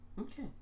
Okay